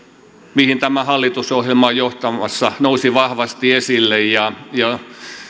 mihin tämä hallitusohjelma on johtamassa nousi vahvasti esille ja ja